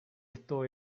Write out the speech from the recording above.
esto